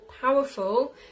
powerful